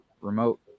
remote